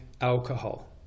alcohol